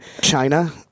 China